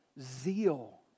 zeal